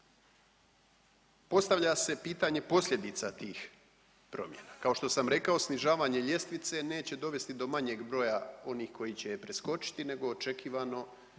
Postavlja se pitanje posljedica tih promjena. Kao što sam rekao snižavanje ljestvice neće dovesti do manjeg broja onih koji će je preskočiti, nego očekivano